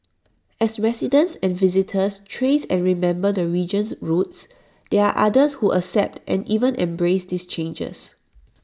as residents and visitors trace and remember the region's roots there are others who accept and even embrace these changes